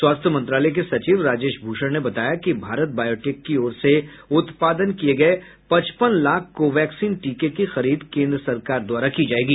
स्वास्थ्य मंत्रालय के सचिव राजेश भूषण ने बताया कि भारत बायोटेक की ओर से उत्पादन किये गये पचपन लाख कोवैक्सीन टीके की खरीद केन्द्र सरकार द्वारा की जायेगी